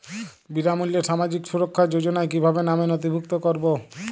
বিনামূল্যে সামাজিক সুরক্ষা যোজনায় কিভাবে নামে নথিভুক্ত করবো?